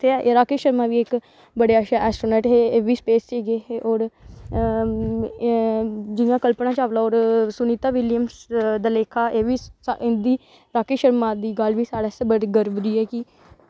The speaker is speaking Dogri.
ते राकेश शर्मा बी इक बड़े एस्ट्रोनॉट हे एह् बी स्पेस च गे हे होर जियां कल्पना चावला होर सुनीता विलियम्स दे लेखा एह् बी इं'दी राकेश शर्मा दी गल्ल बी साढ़े आस्तै गर्व दी ऐ कि